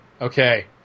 Okay